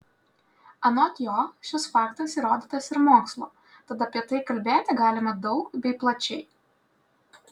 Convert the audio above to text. anot jo šis faktas įrodytas ir mokslo tad apie tai kalbėti galima daug bei plačiai